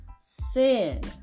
sin